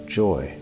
joy